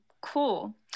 Cool